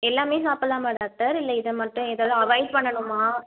எல்லாமே சாபபில்லாம டாக்டர் இல்லை இதை மட்டும் எதாவது அவாய்ட் பண்ணனுமா